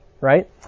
right